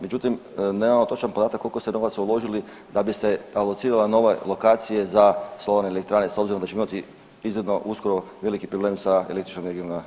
Međutim, nemamo točan podatak koliko ste novaca uložili da bi se alocirale nove lokacije za solarne elektrane s obzirom da ćemo imati izgledno uskoro veliki problem sa električnom energijom na otocima.